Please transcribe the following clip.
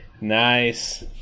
Nice